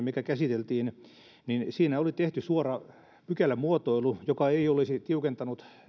mikä käsiteltiin silloin aiemmin oli tehty suora pykälämuotoilu joka ei olisi tiukentanut